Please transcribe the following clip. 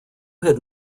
had